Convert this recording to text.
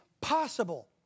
possible